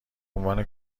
عنوان